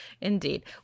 indeed